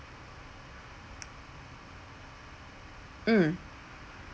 mm